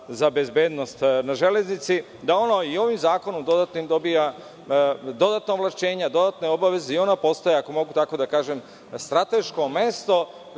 za bezbednost na železnici, da ona i ovim dodatnim zakonom dobija dodatna ovlašćenja, dodatne obaveze i ona postaje, ako mogu tako da kažem strateško mesto